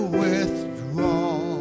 withdraw